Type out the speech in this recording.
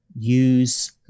use